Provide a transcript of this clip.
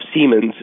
Siemens